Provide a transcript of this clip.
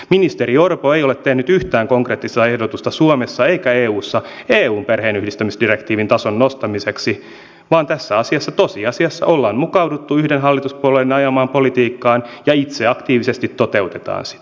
ministeri orpo ei ole tehnyt yhtään konkreettista ehdotusta suomessa eikä eussa eun perheenyhdistämisdirektiivin tason nostamiseksi vaan tässä asiassa tosiasiassa ollaan mukauduttu yhden hallituspuolueen ajamaan politiikkaan ja itse aktiivisesti toteutetaan sitä